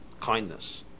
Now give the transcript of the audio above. kindness